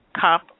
cup